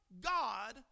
god